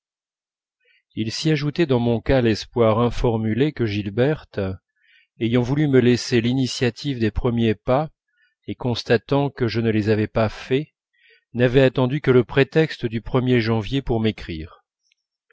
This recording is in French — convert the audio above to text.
il s'y ajoutait dans mon cas l'espoir informulé que gilberte ayant voulu me laisser l'initiative des premiers pas et constatant que je ne les avais pas faits n'avait attendu que le prétexte du er janvier pour m'écrire